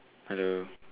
hello